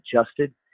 adjusted